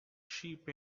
sheep